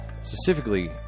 specifically